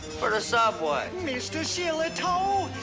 for the subway. mr. shillitoe!